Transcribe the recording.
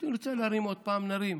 נרצה להרים עוד פעם, נרים.